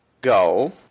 go